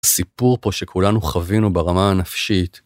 סיפור פה שכולנו חווינו ברמה הנפשית.